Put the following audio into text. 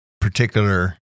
particular